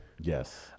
Yes